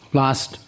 last